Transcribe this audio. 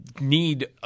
need